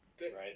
Right